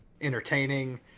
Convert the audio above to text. entertaining